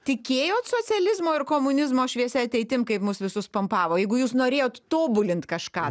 tikėjot socializmo ir komunizmo šviesia ateitim kaip mus visus pumpavo jeigu jūs norėjot tobulint kažką